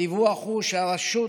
הדיווח הוא שהרשות